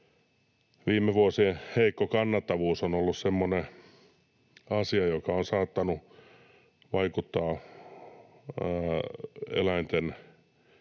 Viime vuosien heikko kannattavuus on ollut semmoinen asia, joka on saattanut vaikuttaa eläintenkasvattajien